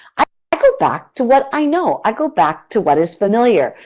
i go back to what i know i go back to what is familiar.